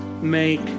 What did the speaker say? make